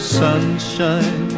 sunshine